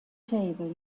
table